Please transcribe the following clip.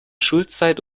schulzeit